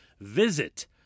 visit